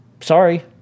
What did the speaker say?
Sorry